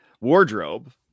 wardrobe